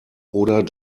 oder